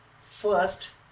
first